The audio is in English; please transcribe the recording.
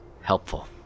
helpful